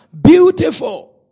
beautiful